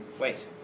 wait